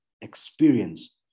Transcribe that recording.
experience